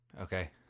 Okay